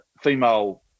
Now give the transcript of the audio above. female